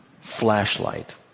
flashlight